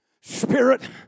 Spirit